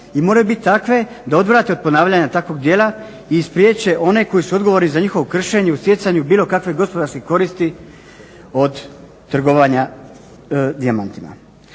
i moraju biti takve da odvrate od ponavljanja takvog djela i spriječe one koji su odgovorni za njihovo kršenje u stjecanju bilo kakve gospodarske koristi od trgovanja dijamantima.